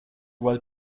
while